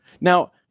Now